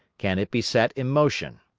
can it be set in motion.